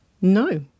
no